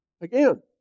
again